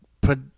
put